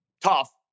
tough